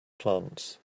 plants